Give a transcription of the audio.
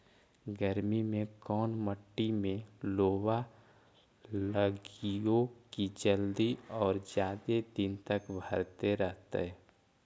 गर्मी में कोन मट्टी में लोबा लगियै कि जल्दी और जादे दिन तक भरतै रहतै?